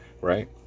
right